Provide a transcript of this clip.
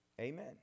Amen